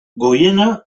goiena